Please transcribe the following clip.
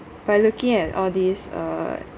by looking at all these uh